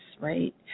right